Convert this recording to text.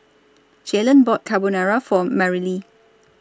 Jaylen bought Carbonara For Marilee